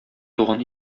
туган